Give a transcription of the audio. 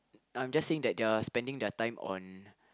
I'm just saying that they are spending their time on